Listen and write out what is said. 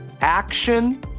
action